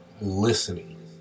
listening